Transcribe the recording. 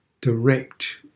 direct